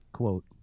quote